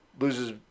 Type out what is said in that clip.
loses